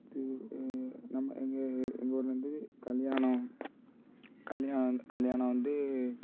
தி நம் அங்கே எங்கள் ஊரில் இருந்து கல்யாணம் கல்யாணம் கல்யாணம் வந்து